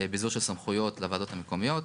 ביזור של סמכויות לוועדות המקומיות.